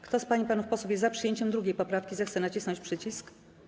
Kto z pań i panów posłów jest za przyjęciem 2. poprawki, zechce nacisnąć przycisk.